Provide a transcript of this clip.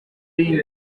yiyi